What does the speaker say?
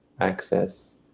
access